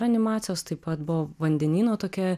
animacijos taip pat buvo vandenyno tokia